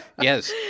Yes